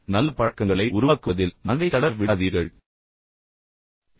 எனவே நல்ல பழக்கங்களை உருவாக்குவதில் மனதை தளர விடாதீர்கள் குறிப்பாக மனதை தளர விடாதீர்கள்